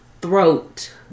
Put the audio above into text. Throat